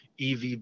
EV